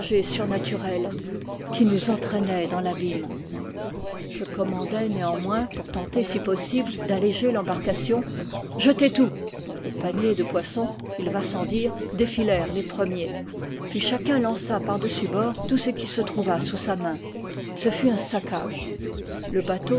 surnaturel qui nous entraînait dans l'abîme je commandai néanmoins pour tenter si possible d'alléger l'embarcation jetez tout les paniers de poisson il va sans dire défilèrent les pre miers puis chacun lança par-dessus bord tout ce qui se trouva sous sa main ce fut un saccage le bateau